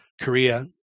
Korea